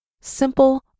simple